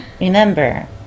remember